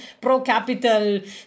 pro-capital